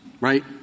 right